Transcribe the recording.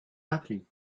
happening